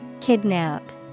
Kidnap